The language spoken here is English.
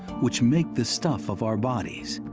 which make the stuff of our bodies.